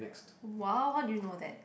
!wow! how do you know that